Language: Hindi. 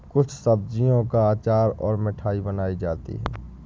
कुछ सब्जियों का अचार और मिठाई बनाई जाती है